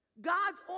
God's